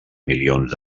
milions